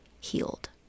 healed